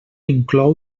inclou